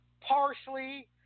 Parsley